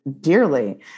dearly